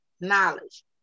knowledge